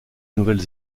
nouvelle